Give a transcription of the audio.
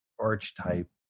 archetype